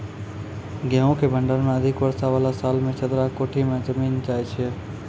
गेहूँ के भंडारण मे अधिक वर्षा वाला साल मे चदरा के कोठी मे जमीन जाय छैय?